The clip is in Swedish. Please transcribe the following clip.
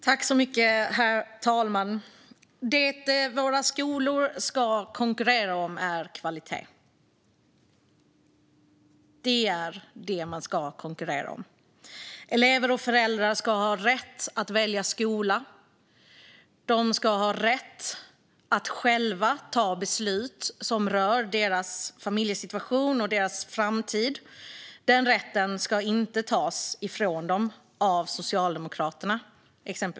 Herr talman! Det våra skolor ska konkurrera med är kvalitet. Elever och föräldrar ska ha rätt att välja skola, och de ska ha rätt att själva ta beslut som rör deras familjesituation och deras framtid. Den rätten ska inte tas ifrån dem av exempelvis Socialdemokraterna.